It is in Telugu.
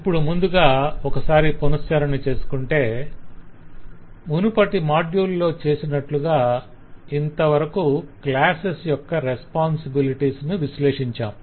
ఇప్పుడు ముందుగా ఒకసారి పునశ్చరణ చేసుకుంటే మునుపటి మాడ్యుల్ లో చేసినట్లుగా ఇంతవరకు క్లాసెస్ యొక్క రెస్పొంసిబిలిటీస్ ను విశ్లేషించాం